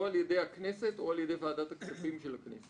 על ידי הכנסת או על ידי ועדת הכספים של הכנסת.